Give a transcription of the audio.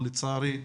אבל לצערי,